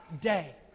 day